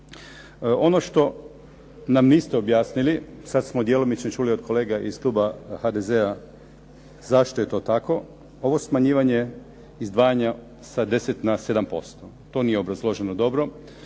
Ono što nam niste objasnili, sad smo i djelomično čuli od kolega iz kluba HDZ-a zašto je to, ovo smanjivanje izdvajanja sa 10 na 7%. To nije obrazloženo dobro.